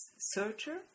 searcher